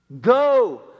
go